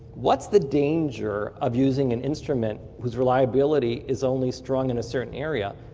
what's the danger of using an instrument whose reliability is only strong in a certain area,